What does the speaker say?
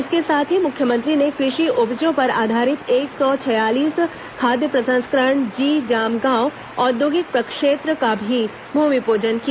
इसके साथ ही मुख्यमंत्री ने कृषि उपजों पर आधारित एक सौ छियालीस खाद्य प्रसंस्करण जी जामगांव औद्योगिक प्रक्षेत्र का भी भूमिपूजन किया